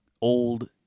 old